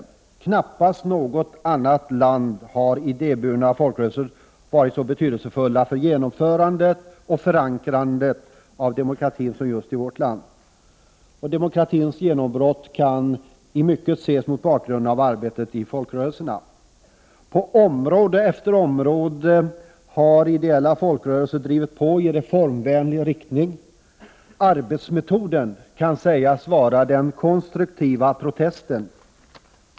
I knappast något annat land har idéburna folkrörelser varit så betydelsefulla för genomförandet och förankrandet av demokratin som just i vårt land. Demokratins genombrott kan i mångt och mycket ses mot bakgrund av arbetet i folkrörelserna. På område efter område har ideella folkrörelser drivit på i reformvänlig riktning. Arbetsmetoden kan sägas vara den konstruktiva protesten!